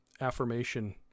affirmation